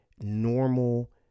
normal